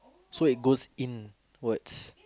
so it goes inwards